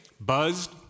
buzzed